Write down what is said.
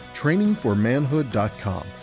trainingformanhood.com